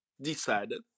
decided